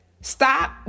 stop